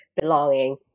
belonging